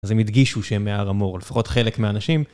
אז הם הדגישו שהם מהר אמור, לפחות חלק מהאנשים.